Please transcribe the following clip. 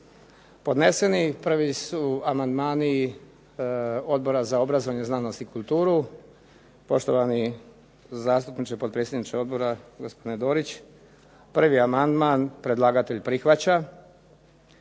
podneseni. Prvi su amandmani Odbora za obrazovanje, znanost i kulturu. Poštovani zastupniče, potpredsjedniče odbora gospodine Dorić, prvi amandman predlagatelj prihvaća.